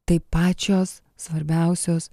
tai pačios svarbiausios